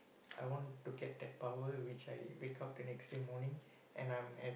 I want to get that power which I wake up the next day morning and I'm at